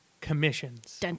commissions